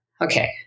okay